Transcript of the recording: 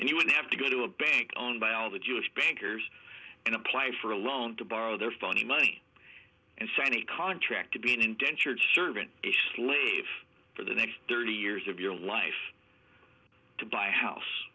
and you would have to go to a bank owned by all the jewish bankers and apply for a loan to borrow their funny money and sign a contract to be an indentured servant a slave for the next thirty years of your life to buy a house